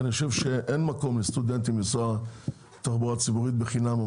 אבל אני חושב שאין מקום לאפשר לסטודנטים לנסוע בתחבורה ציבורית בחינם.